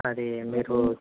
అది మీరు